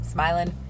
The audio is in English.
Smiling